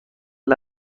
این